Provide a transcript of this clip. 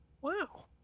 Wow